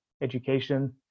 education